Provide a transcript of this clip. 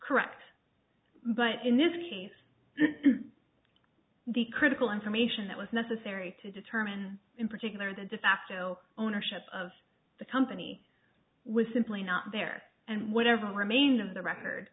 correct but in this case the critical information that was necessary to determine in particular the de facto ownership of the company was simply not there and whatever remains of the record